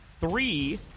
three